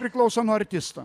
priklauso nuo artisto